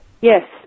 Yes